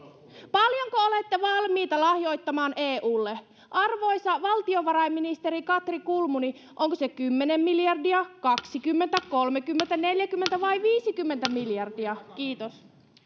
paljonko olette valmiita lahjoittamaan eulle arvoisa valtiovarainministeri katri kulmuni onko se kymmenen miljardia kaksikymmentä kolmekymmentä neljäkymmentä vai viisikymmentä miljardia kiitos